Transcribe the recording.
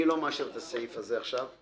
אני לא מאשר את הסעיף הזה עכשיו.